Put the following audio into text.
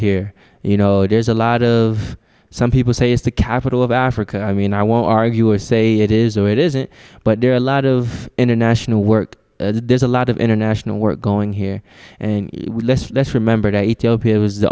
and you know there's a lot of some people say is the capital of africa i mean i won't argue or say it is or it isn't but there are a lot of international work there's a lot of international work going here and let's remember